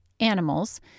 animals